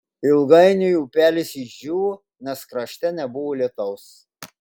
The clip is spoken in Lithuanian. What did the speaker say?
ilgainiui upelis išdžiūvo nes krašte nebuvo lietaus